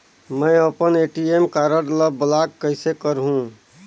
मै अपन ATM card ल ब्लाक कइसे करहूं?